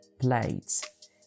plates